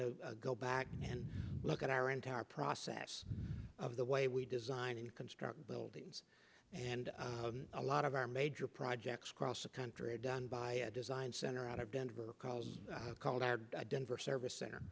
to go back and look at our entire process of the way we design and construct buildings and a lot of our major projects across the country are done by a design center out of denver colorado called our denver service cent